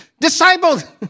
disciples